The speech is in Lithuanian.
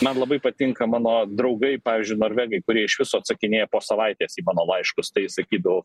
man labai patinka mano draugai pavyzdžiui norvegai kurie iš viso atsakinėja po savaitės į mano laiškus tai sakydavo